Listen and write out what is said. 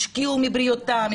השקיעו מבריאותם,